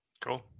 Cool